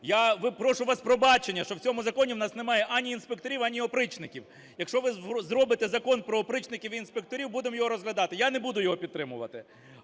Я прошу у вас пробачення, що в цьому законі у нас немає ані інспекторів, ані опричників. Якщо ви зробите закон про опричників і інспекторів – будемо його розглядати. Я не буду його підтримувати,